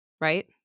Right